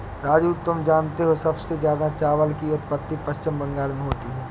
राजू तुम जानते हो सबसे ज्यादा चावल की उत्पत्ति पश्चिम बंगाल में होती है